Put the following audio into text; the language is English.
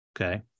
okay